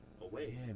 away